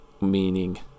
meaning